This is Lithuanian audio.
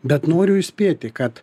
bet noriu įspėti kad